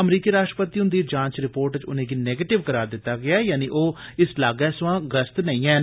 अमरीकी राश्ट्रपति हुंदी जांच रिपोर्ट च उनेंगी नेगेटिव करार दित्ता गेआ ऐ यानि ओह इस लाग्गै सवां ग्रस्त नेई हैन